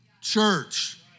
church